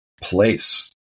place